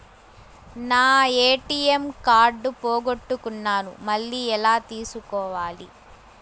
నా ATM card పోగొట్టుకున్నాను, మళ్ళీ ఎలా తీసుకోవాలి?